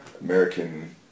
American